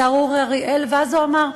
השר אורי אריאל, והוא אומר: